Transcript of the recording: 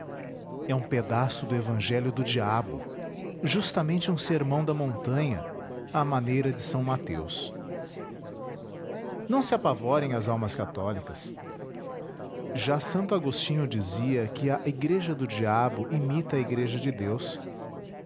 é um pedaço do evangelho do diabo justamente um sermão da montanha à maneira de s mateus não se apavorem as almas católicas já santo agostinho dizia que a igreja do diabo imita a igreja de deus